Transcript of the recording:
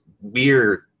weird